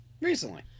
recently